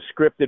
scripted